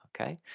Okay